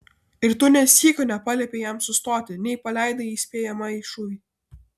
ir tu nė sykio nepaliepei jam sustoti nei paleidai įspėjamąjį šūvį